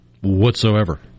whatsoever